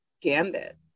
Gambit